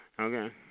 Okay